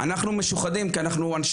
אני שמח לראות שולחן עגול מלא באנשים.